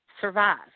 survive